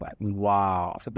Wow